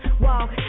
walk